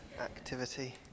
activity